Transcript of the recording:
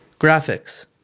Graphics